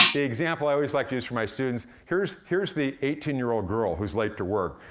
the example i always like to use for my students here's here's the eighteen year old girl who's late to work,